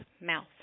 mouth